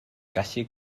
gallu